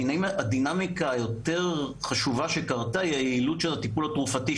הדינמיקה היותר חשובה שקרתה היא היעילות של הטיפול התרופתי,